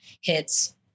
hits